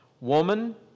Woman